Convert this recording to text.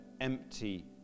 empty